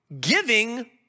giving